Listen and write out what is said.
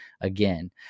again